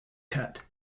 cut